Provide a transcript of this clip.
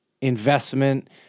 investment